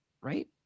right